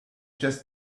just